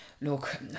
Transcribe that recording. Look